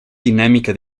dinámica